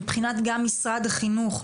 מבחינת גם משרד החינוך,